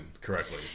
correctly